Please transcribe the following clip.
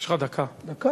דקה?